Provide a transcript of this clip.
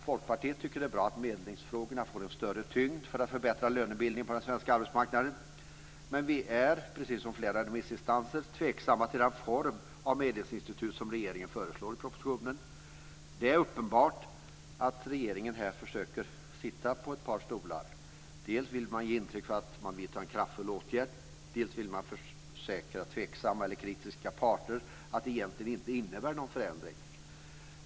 Folkpartiet tycker att det är bra att medlingsfrågorna får en större tyngd för att förbättra lönebildningen på den svenska arbetsmarknaden. Men vi är, precis som flera remissinstanser, tveksamma till den form av medlingsinstitut som regeringen föreslår i propositionen. Det är uppenbart att regeringen här försöker sitta på ett par stolar. Dels vill man ge intryck av att man vidtar en kraftfull åtgärd, dels vill man försäkra tveksamma eller kritiska parter att det egentligen inte innebär någon förändring.